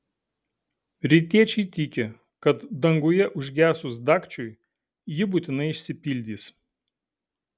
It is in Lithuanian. rytiečiai tiki kad danguje užgesus dagčiui ji būtinai išsipildys